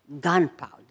gunpowder